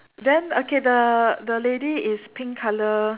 then okay the the lady is pink color